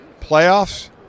Playoffs